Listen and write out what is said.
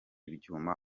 ibyuma